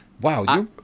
wow